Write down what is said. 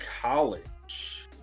college